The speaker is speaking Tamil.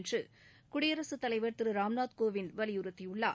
என்று குடியரசு தலைவர் திரு ராம்நாத் கோவிந்த் வலியுறுத்தியுள்ளார்